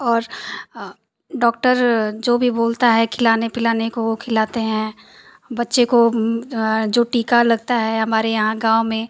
और डॉक्टर जो भी बोलता है खिलाने पिलाने को वो खिलते हैं बच्चे को जो टीका लगता है हमारे यहाँ गाँव में